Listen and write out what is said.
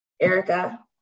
Erica